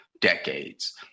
decades